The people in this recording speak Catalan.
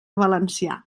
valencià